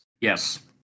Yes